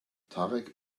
tarek